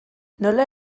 nola